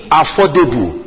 affordable